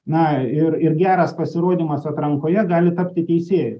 na ir ir geras pasirodymas atrankoje gali tapti teisėju